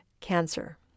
cancer